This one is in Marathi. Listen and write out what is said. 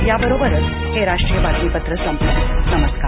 याबरोबरच हे राष्ट्रीय बातमीपत्र संपलं नमस्कार